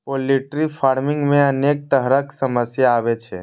poultry farming मे अनेक तरहक समस्या आबै छै